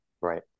Right